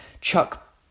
Chuck